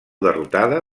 derrotada